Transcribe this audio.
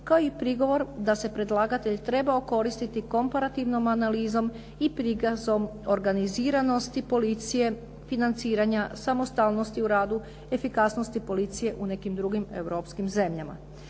kao i prigovor da se predlagatelj treba okoristiti komparativnom analizom i prikazom organiziranosti policije, financiranja, samostalnosti u radu, efikasnosti policije u nekim drugim europskim zemljama.